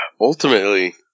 ultimately